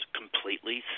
completely